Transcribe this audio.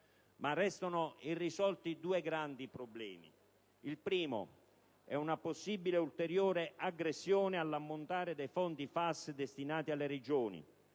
Ma restano irrisolti due grandi problemi. Il primo è una possibile ulteriore aggressione all'ammontare dei fondi FAS destinati alle Regioni,